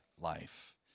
life